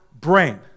Brain